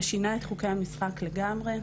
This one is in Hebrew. ושינה את חוקי המשחק לגמרי.